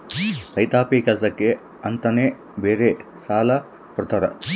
ರೈತಾಪಿ ಕೆಲ್ಸಕ್ಕೆ ಅಂತಾನೆ ಬೇರೆ ಸಾಲ ಕೊಡ್ತಾರ